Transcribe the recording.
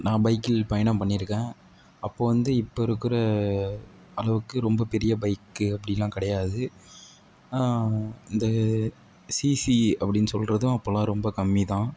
நான் பைக்கில் பயணம் பண்ணியிருக்கேன் அப்போது வந்து இப்போ இருக்கிற அளவுக்கு ரொம்ப பெரிய பைக்கு அப்படிலாம் கிடையாது இந்த சிசி அப்படின்னு சொல்கிறதும் அப்போலாம் ரொம்ப கம்மி தான்